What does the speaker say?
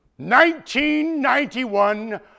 1991